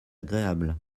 agréable